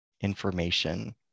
information